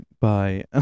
Bye